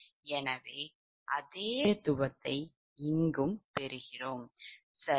எனவே அதே முக்கியத்துவத்தை எங்கும் பெறுகிறதுசரி